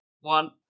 One